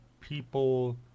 people